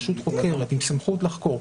רשות חוקרת עם סמכות לחקור,